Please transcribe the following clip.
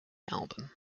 album